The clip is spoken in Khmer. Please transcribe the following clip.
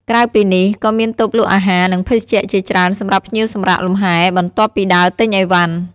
ក្រៅពីនេះ ក៏មានតូបលក់អាហារ និងភេសជ្ជៈជាច្រើនសម្រាប់ភ្ញៀវសម្រាកលម្ហែ បន្ទាប់ពីដើរទិញអីវ៉ាន់។